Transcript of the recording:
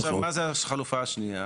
עכשיו, מה זה החלופה השנייה?